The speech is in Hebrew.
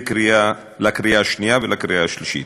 לקריאה שנייה ולקריאה שלישית.